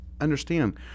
understand